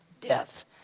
death